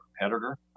competitor